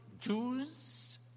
Jews